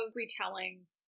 retellings